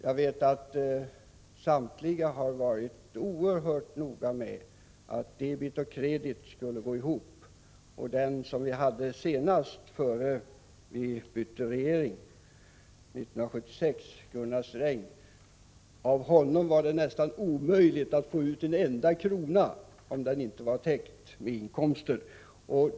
Samtliga har varit oerhört noga med att debet och kredit skulle gå ihop. Av den finansminister vi hade innan vi bytte regering 1976, Gunnar Sträng, var det nästan omöjligt att få ut en enda krona om den inte kunde täckas med inkomster.